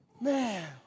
Man